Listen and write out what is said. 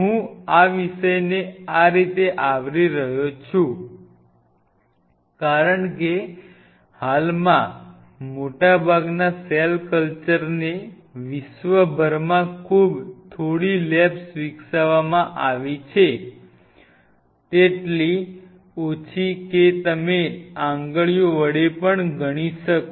હું આ વિષયને આ રીતે આવરી રહ્યો છું કારણ કે હાલમાં મોટાભાગના સેલ કલ્ચરને વિશ્વભરમાં ખૂબ થોડી લેબ્સમાં કરવામાં આવે છે તેટલી ઓછી કે તમે આંગળીઓ વડે ગણી શકો